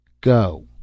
Go